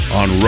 on